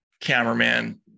cameraman